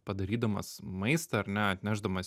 padarydamas maistą ar ne atnešdamas